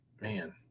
Man